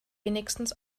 wenigstens